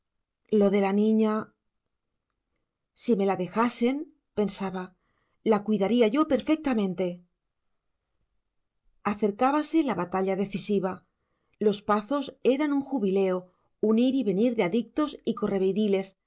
lo de la niña si me la dejasen pensaba la cuidaría yo perfectamente acercábase la batalla decisiva los pazos eran un jubileo un ir y venir de adictos y